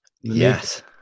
Yes